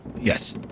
Yes